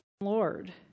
Lord